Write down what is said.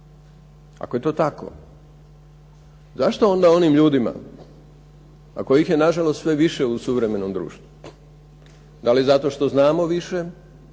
Ako je to tako zašto onda onim ljudima kojih je na žalost sve više u suvremenom društvu, da li zato što znamo više,